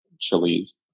chilies